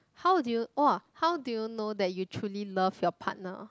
how did you !wah! how did you know that you truly love your partner